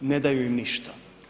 Ne daju im ništa.